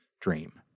dream